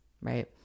right